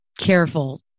careful